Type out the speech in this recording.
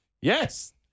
yes